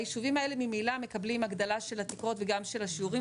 הישובים האלה ממילא מקבלים הגדלה של התקרות וגם של השיעורים,